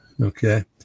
Okay